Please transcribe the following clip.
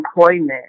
employment